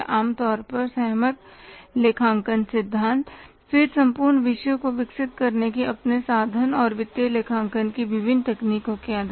आमतौर पर सहमत लेखांकन सिद्धांत फिर संपूर्ण विषयों को विकसित करने के अपने साधन और वित्तीय लेखांकन की विभिन्न तकनीकों के आधार